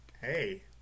Hey